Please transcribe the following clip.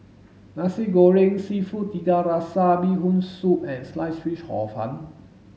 nasi goreng seafood tiga rasa bee hoon soup and sliced fish hor fun